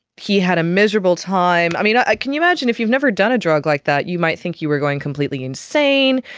he had a miserable time. you know can you imagine, if you've never done a drug like that you might think you were going completely insane.